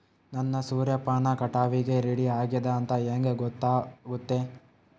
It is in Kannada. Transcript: ನನ್ನ ಸೂರ್ಯಪಾನ ಕಟಾವಿಗೆ ರೆಡಿ ಆಗೇದ ಅಂತ ಹೆಂಗ ಗೊತ್ತಾಗುತ್ತೆ?